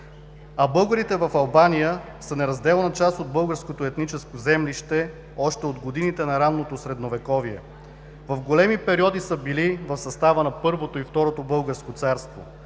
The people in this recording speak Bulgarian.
А българите в Албания са неразделна част от българското етническо землище още от годините на Ранното Средновековие. В големи периоди са били в състава на Първото и Второто българско царство.